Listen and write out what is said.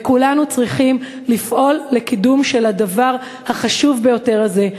וכולנו צריכים לפעול לקידום הדבר החשוב ביותר הזה,